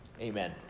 Amen